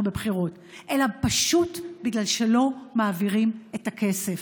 בבחירות אלא פשוט בגלל שלא מעבירים את הכסף.